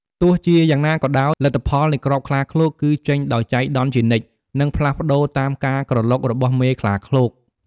ទោះជាយ៉ាងណាក៏ដោយ លទ្ធផលនៃគ្រាប់ខ្លាឃ្លោកគឺចេញដោយចៃដន្យជានិច្ច និងផ្លាស់ប្តូរតាមការក្រឡុករបស់មេខ្លាឃ្លោក។